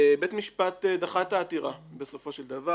בית משפט דחה את העתירה בסופו של דבר.